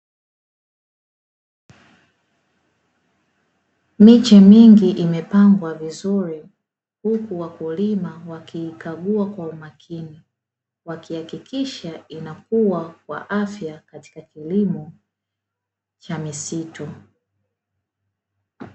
Miche mingi imepangwa vizuri huku wakulima wakiikagua kwa umakini, wakihakikisha inakua kwa afya katika kilimo cha misitu.